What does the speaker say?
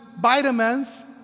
vitamins